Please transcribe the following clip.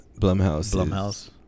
Blumhouse